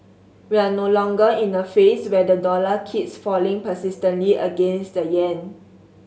we're no longer in a phase where the dollar keeps falling persistently against the yen